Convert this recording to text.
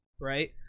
right